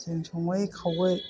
जों सङै खावै